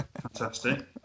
Fantastic